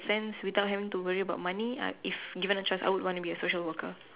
sense without having to worry about money given that choice I would want to be a social worker